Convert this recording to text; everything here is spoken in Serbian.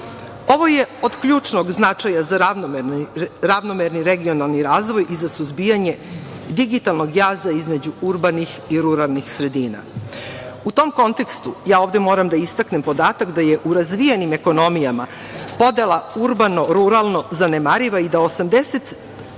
Ovo je od ključnog značaja za ravnomerni regionalni razvoj i za suzbijanje digitalnog jaza između urbanih i ruralnih sredina. U tom kontekstu ja ovde moram da istaknem podatak da je u razvijenim ekonomijama podela urbano-ruralno zanemariva i da 89%